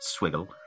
Swiggle